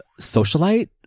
socialite